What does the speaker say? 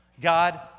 God